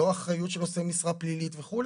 לא אחריות של נושא משרה פלילית וכו',